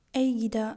ꯑꯩꯒꯤꯗ